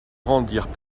rendirent